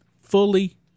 Fully